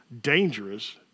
dangerous